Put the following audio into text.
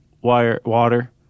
water